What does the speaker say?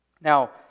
Now